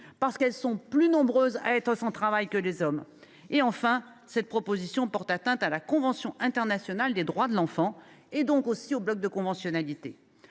parce qu’elles sont plus nombreuses à être sans travail. Enfin, cette proposition de loi porte atteinte à la convention internationale des droits de l’enfant, donc au bloc de conventionnalité.